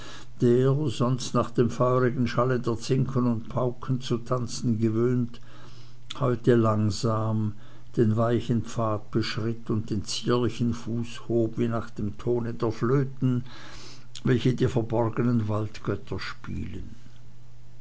der sonst nach dem feurigen schalle der zinken und pauken zu tanzen gewöhnt heute langsam den weichen pfad beschritt und den zierlichen fuß hob wie nach dem tone der flöten welche die verborgenen waldgötter spielen